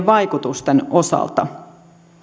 vaikutustensa osalta